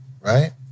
right